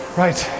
right